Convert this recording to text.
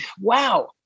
wow